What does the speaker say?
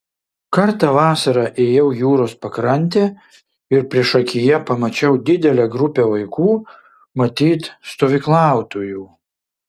kartą vasarą ėjau jūros pakrante ir priešakyje pamačiau didelę grupę vaikų matyt stovyklautojų